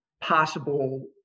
possible